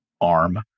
arm